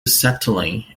settling